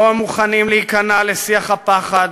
לא מוכנים להיכנע לשיח הפחד,